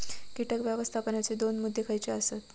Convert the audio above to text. कीटक व्यवस्थापनाचे दोन मुद्दे खयचे आसत?